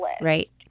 Right